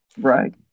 Right